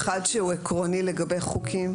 אחד שהוא עקרוני לגבי חוקים.